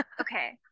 Okay